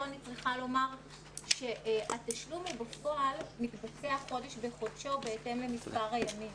פה אני צריכה לומר ‏שהתשלום בפועל מתבצע חודש בחודשו בהתאם למספר הימים,